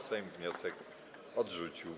Sejm wniosek odrzucił.